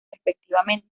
respectivamente